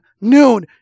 noon